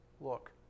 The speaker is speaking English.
look